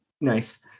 Nice